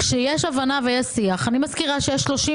כשיש הבנה ויש שיח אני מזכירה שיש 37